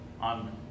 on